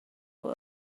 wood